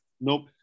Nope